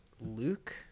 luke